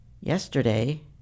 Yesterday